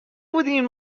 بودیم